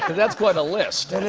that's quite a list. and